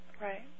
Right